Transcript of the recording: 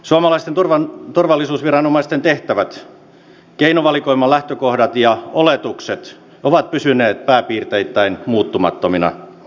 suomalaisten turvallisuusviranomaisten tehtävät keinovalikoiman lähtökohdat ja oletukset ovat pysyneet pääpiirteittäin muuttumattomina